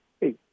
hey